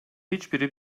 hiçbiri